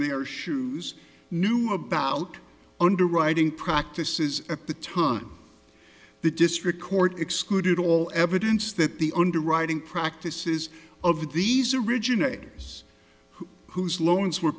their shoes knew about underwriting practices at the time the district court excluded all evidence that the underwriting practices of these originators who whose loans were